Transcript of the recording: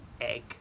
egg